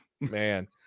man